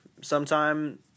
sometime